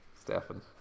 Stefan